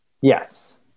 Yes